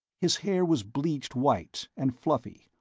his hair was bleached-white and fluffy,